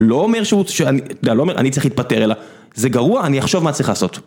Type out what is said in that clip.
לא אומר שהוא... לא, לא אומר, אני צריך להתפטר, אלא, זה גרוע, אני אחשוב מה צריך לעשות.